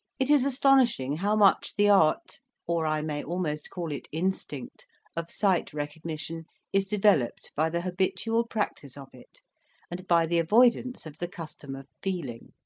it is astonishing how much the art or i may almost call it instinct of sight recognition is developed by the habitual practice of it and by the avoidance of the custom of feeling.